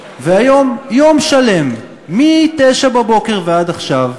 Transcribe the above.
והיום, יום שלם, מ-09:00 עד עכשיו,